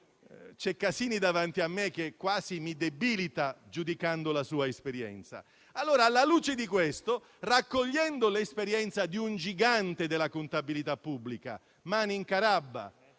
Casini davanti a me, che quasi mi debilita, giudicando la sua esperienza). Alla luce di questo, vorrei raccogliere l'esperienza di un gigante della contabilità pubblica, Manin Carabba,